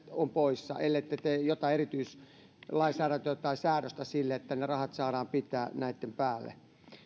on poissa ellette tee jotain erityislainsäädäntöä tai säädöstä sille että ne ne rahat saadaan pitää näitten päälle